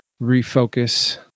refocus